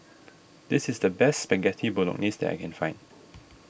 this is the best Spaghetti Bolognese that I can find